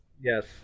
Yes